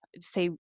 say